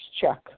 check